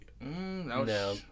No